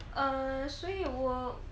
err 所以我